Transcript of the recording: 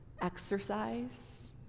exercise